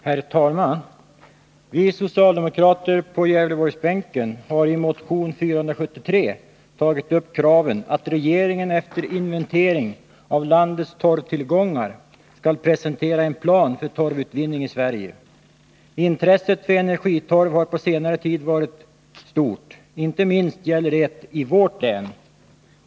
Herr talman! Vi socialdemokrater på Gävleborgsbänken har i motion 473 tagit upp kraven att regeringen efter inventering av landets torvtillgångar skall presentera en plan för torvutvinning i Sverige. Intresset för energitorv har på senare tid varit stort, inte minst i vårt län.